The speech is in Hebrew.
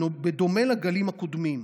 בדומה לגלים הקודמים.